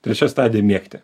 trečia stadija mėgti